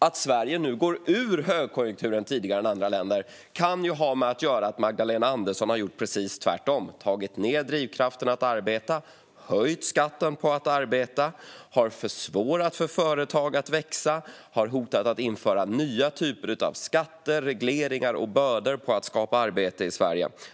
Att Sverige nu går ur högkonjunkturen tidigare än andra länder kan ha att göra med att Magdalena Andersson har gjort precis tvärtom och tagit ned drivkraften att arbeta, höjt skatten på att arbeta, försvårat för företag att växa och hotat med att införa nya typer av skatter, regleringar och bördor när det gäller att skapa arbete i Sverige.